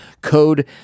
Code